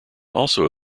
also